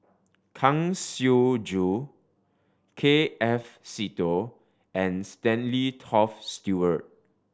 Kang Siong Joo K F Seetoh and Stanley Toft Stewart